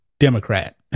democrat